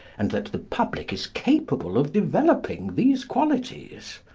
and that the public is capable of developing these qualities.